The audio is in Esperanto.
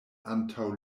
antaŭ